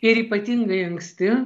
ir ypatingai anksti